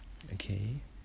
okay